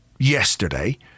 yesterday